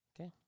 Okay